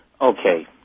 Okay